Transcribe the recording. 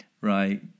right